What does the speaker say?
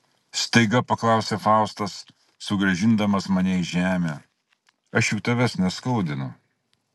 staiga paklausė faustas sugrąžindamas mane į žemę aš juk tavęs neskaudinu